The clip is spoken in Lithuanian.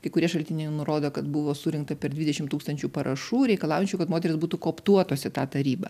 kai kurie šaltiniai nurodo kad buvo surinkta per dvidešimt tūkstančių parašų reikalaujančių kad moterys būtų koptuotos į tą tarybą